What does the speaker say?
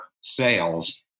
sales